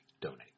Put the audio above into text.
donate